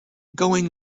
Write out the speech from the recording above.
going